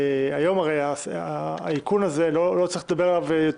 היום האיכון הזה לא צריך לדבר על זה יותר